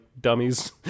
dummies